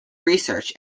research